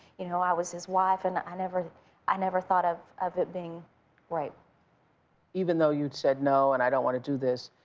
you know, i was his wife, and i never i never thought of of it being rape. winfrey even though you'd said no and i don't want to do this,